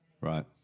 Right